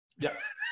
Yes